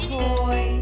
toy